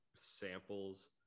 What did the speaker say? samples